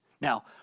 Now